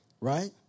Right